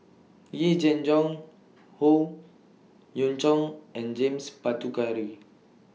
Yee Jenn Jong Howe Yoon Chong and James Puthucheary